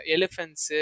Elephants